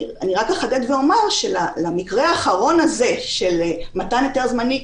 אני רק אחדד ואומר שלמקרה האחרון הזה של מתן היתר זמני,